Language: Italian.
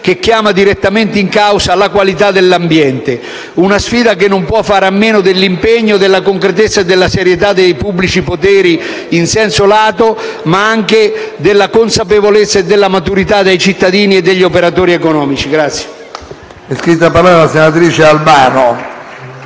che chiama direttamente in causa la qualità dell'ambiente. Una sfida che non può fare a meno dell'impegno, della concretezza e della serietà dei pubblici poteri in senso lato, ma anche della consapevolezza e della maturità dei cittadini e degli operatori economici*.